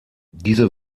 diese